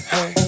Hey